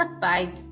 bye